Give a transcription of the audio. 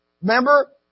Remember